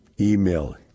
email